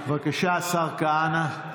בבקשה, השר כהנא.